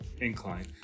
incline